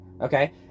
Okay